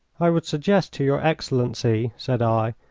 i would suggest to your excellency, said i,